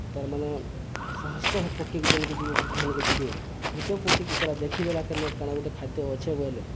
ତାର୍ ମାନେ ଶହ ଶହ ପକ୍ଷୀକୁ ଯେନ୍କେ ଯିବେ ଗୁଟେ ଠାନ୍କେ ଯିବେ ଗୁଟେ ପକ୍ଷୀକେ ସେଟା ଦେଖିଦେଲା କେନ କାଣା ଗୁଟେ ଖାଦ୍ୟ ଅଛେ ବଏଲେ